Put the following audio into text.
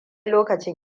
lokacin